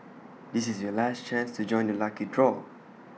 this is your last chance to join the lucky draw